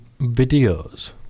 videos